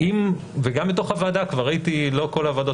וגם בתוך הוועדה ראיתי שלא כל הוועדות